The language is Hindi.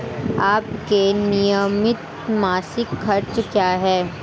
आपके नियमित मासिक खर्च क्या हैं?